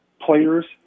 players